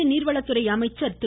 மத்திய நீர்வளத்துறை அமைச்சர் திரு